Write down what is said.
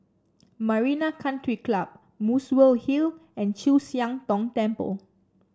Marina Country Club Muswell Hill and Chu Siang Tong Temple